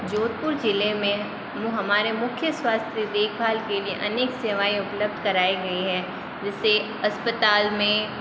जोधपुर जिले में हमारे मुख्य स्वास्थ्य देखभाल के लिए अनेक सेवाएँ उपलब्ध कराई गई है जिससे अस्पताल में